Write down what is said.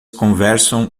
conversam